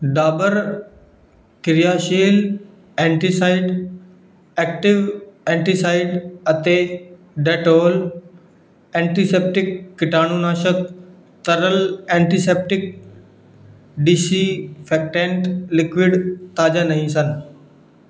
ਡਾਬਰ ਕਿਰਿਆਸ਼ੀਲ antacid active antacid ਅਤੇ Dettol antiseptic ਕੀਟਾਣੂਨਾਸ਼ਕ ਤਰਲ ਐਂਟੀਸੈਪਟਿਕ ਡਿਸਿਂਫੈਕਟੈਂਟ ਲਿਕੁਅਡ ਤਾਜ਼ਾ ਨਹੀਂ ਸਨ